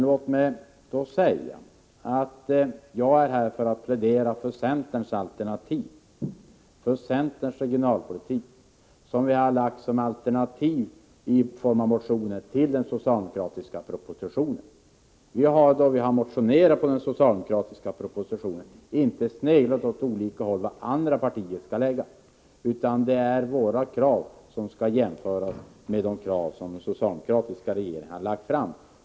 Låt mig då säga att jag är här för att plädera för centerns regionalpolitik, som vi har presenterat i form av motioner som alternativ till den socialdemokratiska propositionen. Då vi har motionerat med anledning av propositionen har vi inte sneglat åt vad andra partier föreslår. Våra krav skall jämföras med de krav som den socialdemokratiska regeringen har lagt fram.